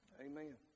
Amen